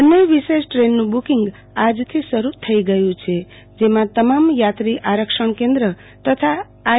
બંન્ને વિશેષ દ્રેનનું બુકિંગ આજથી શરૂ થઈ ગયુ છેજેમાં તમામ યાત્રી આરક્ષણ કેન્દ્ર તથા આઈ